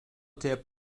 tip